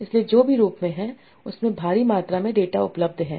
इसलिए जो भी रूप में है उसमें भारी मात्रा में डेटा उपलब्ध है